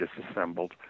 disassembled